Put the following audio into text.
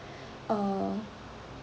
uh